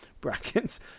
brackets